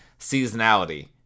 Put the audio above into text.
seasonality